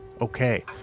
okay